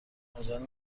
عجله